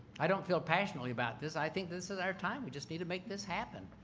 i don't feel passionately about this. i think this is our time. we just need to make this happen.